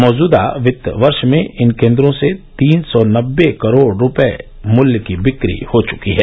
मौजूदा वित्त वर्ष में इन केन्द्रों से तीन सौ नब्बे करोड़ रुपये मूल्य की बिक्री हो चुकी है